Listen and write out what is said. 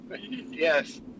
Yes